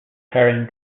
carrying